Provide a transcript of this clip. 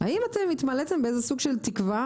האם אתם התמלאתם באיזה סוג של תקווה?